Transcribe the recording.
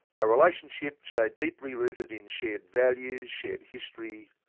a relationship so deeply rooted in shared values, shared history,